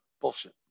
bullshit